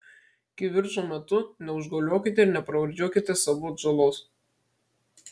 kivirčo metu neužgauliokite ir nepravardžiuokite savo atžalos